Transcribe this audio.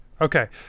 Okay